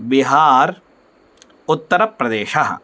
बिहार् उत्तरप्रदेशः